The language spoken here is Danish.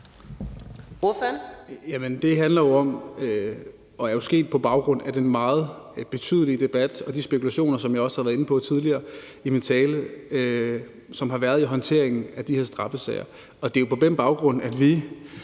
Det handler jo om og er sket på baggrund af den meget betydelige debat og de spekulationer, som jeg også har været inde på tidligere i min tale, og som der har været i håndteringen af de her straffesager. Det er jo på den baggrund, at vi